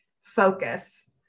focus